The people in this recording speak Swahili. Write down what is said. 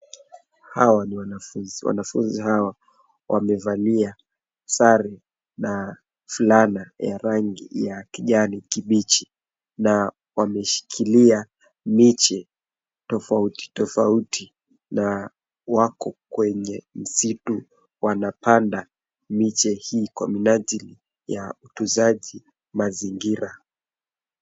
Hawa ni wanafunzi. Wanafunzi hawa wamevalia sare na fulana ya rangi ya kijani kibichi na wameshikilia miche tofauti tofauti na wako kwenye msitu wanapanda miche hii kwa minajili ya utunzaji mazingira.